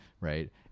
right